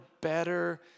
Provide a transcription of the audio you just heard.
better